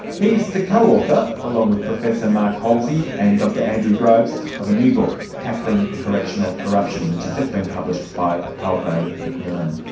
he's the co-author, along with professor mark halsey and dr andrew groves, of a new book, tackling correctional corruption, which has just been published by palgrave macmillan.